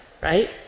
right